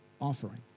offering